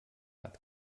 hat